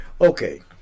Okay